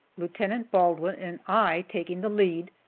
lieutenant baldwin and i taking the lead,